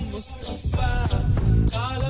Mustafa